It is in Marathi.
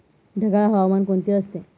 ढगाळ हवामान कोणते असते?